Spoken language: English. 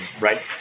right